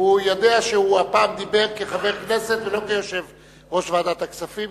הוא יודע שהוא דיבר הפעם כחבר הכנסת ולא כיושב-ראש ועדת הכספים,